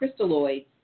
crystalloids